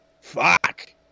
Fuck